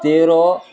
ତେର